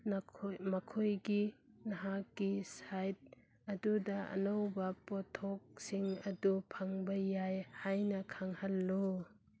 ꯃꯈꯣꯏꯒꯤ ꯅꯍꯥꯛꯀꯤ ꯁꯥꯏꯠ ꯑꯗꯨꯗ ꯑꯅꯧꯕ ꯄꯣꯠꯊꯣꯛꯁꯤꯡ ꯑꯗꯨ ꯐꯪꯕ ꯌꯥꯏ ꯍꯥꯏꯅ ꯈꯪꯍꯜꯂꯨ